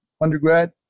undergrad